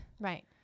Right